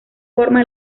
forma